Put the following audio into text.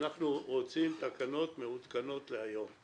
לא, חברים, אנחנו רוצים תקנות מעודכנות להיום.